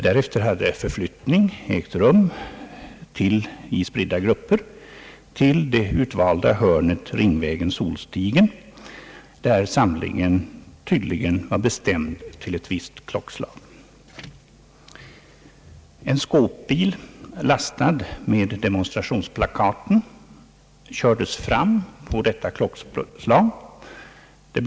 Därefter hade förflyttning ägt rum i spridda grupper till det uivalda hörnet Ringvägen—Solstigen, där samlingen tydligen var bestämd till ett visst klockslag. En skåpbil lastad med demonstrationsplakaten kördes fram vid detta klockslag.